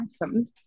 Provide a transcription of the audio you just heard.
awesome